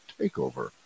takeover